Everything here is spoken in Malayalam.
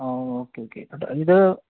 അ ഓക്കേ ഓക്കേ അപ്പോൾ ഇത്